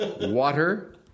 Water